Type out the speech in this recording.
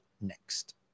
next